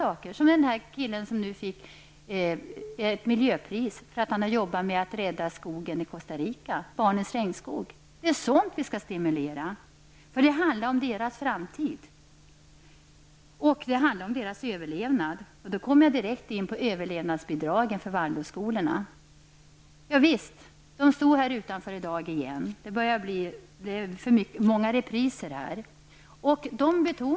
Jag tänker på den här killen som fick ett miljöpris för att han hade jobbat med att rädda skogen i Costa Rica, barnens regnskog. Det är sådant vi skall stimulera. Det handlar ju om barnens framtid och överlevnad. Därmed kommer jag direkt in på frågan om överlevnadsbidragen för Waldorfskolorna. Ja, visst, eleverna har i dag på nytt stått utanför riksdagshuset. Det börjar bli för många repriser här.